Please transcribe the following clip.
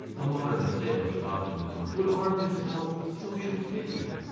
a modern assailant of optimism would arm himself with social pity.